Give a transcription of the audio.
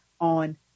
on